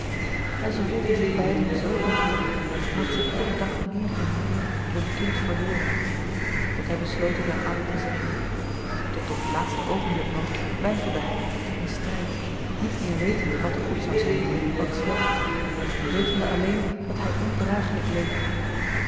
en zij voelden zich beiden zo ongelukkig omdat zij iederen dag meer en meer hun kind verloren dat hij besloot het aan addy te zeggen tot op het laatste oogenblik nog weifelde hij in strijd niet meer wetende wat goed zoû zijn wàt slecht wetende alleen dat hij ondragelijk leed